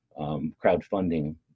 crowdfunding